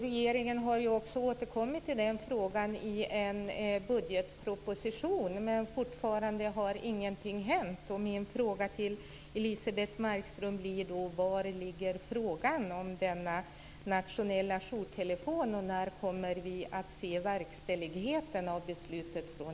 Regeringen har också återkommit till frågan i en budgetproposition. Men fortfarande har ingenting hänt. Min fråga till Elisebeht Markström blir därför: Var ligger frågan om denna nationella jourtelefon och när kommer vi att se verkställigheten av beslutet från